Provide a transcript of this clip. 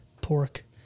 pork